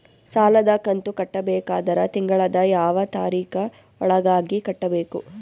ಸಾಲದ ಕಂತು ಕಟ್ಟಬೇಕಾದರ ತಿಂಗಳದ ಯಾವ ತಾರೀಖ ಒಳಗಾಗಿ ಕಟ್ಟಬೇಕು?